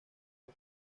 con